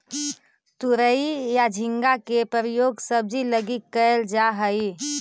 तुरई या झींगा के प्रयोग सब्जी लगी कैल जा हइ